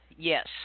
Yes